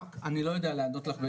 אני לא יודע לענות לך,